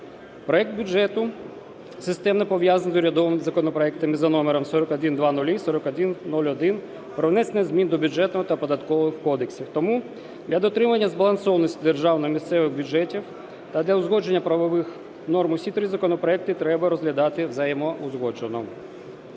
Проект бюджету системно пов'язаний з урядовими законопроектами за номерами 4100 і 4101 про внесення змін до Бюджетного та Податкового кодексів. Тому для дотримання збалансованості державного та місцевих бюджетів та для узгодження правових норм усі три законопроекти треба розглядати взаємоузгоджено.